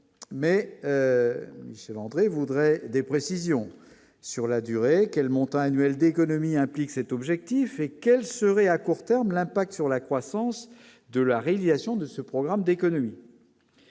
mais selon André voudraient des précisions sur la durée, quel montant annuel d'économies implique cet objectif et qu'elle serait à court terme, l'impact sur la croissance de l'art, il y a, Sion de ce programme d'économies.